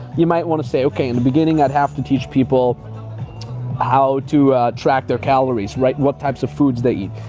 you might wanna say, okay, in the beginning, i'd have to teach people how to track their calories, right? what types of foods they eat,